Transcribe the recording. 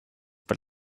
but